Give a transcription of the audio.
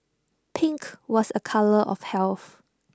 pink was A colour of health